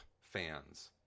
fans